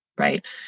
Right